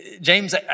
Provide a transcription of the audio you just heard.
James